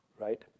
right